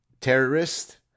terrorist